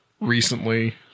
recently